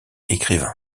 écrivain